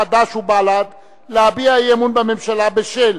חד"ש ובל"ד להביע אי-אמון בממשלה בשל